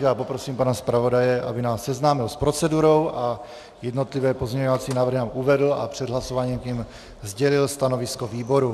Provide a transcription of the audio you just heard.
Já poprosím pana zpravodaje, aby nás seznámil s procedurou a jednotlivé pozměňovací návrhy nám uvedl a před hlasováním k nim sdělil stanovisko výboru.